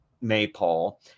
maypole